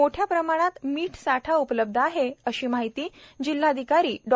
मोठ्या प्रमाणात मिठ साठा उपलब्ध आहेअशी माहिती जिल्हाधिकारी डॉ